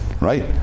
right